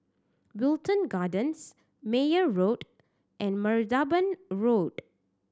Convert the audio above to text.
Wilton Gardens Meyer Road and Martaban Road